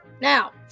Now